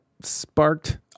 sparked